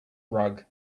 rug